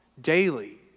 daily